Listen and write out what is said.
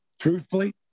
truthfully